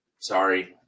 Sorry